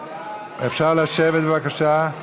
אפשר לשבת, בבקשה.